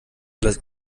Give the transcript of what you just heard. alles